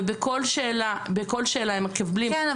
ובכל שאלה הם מקבלים תוצר יותר גבוה --- כן.